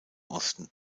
osten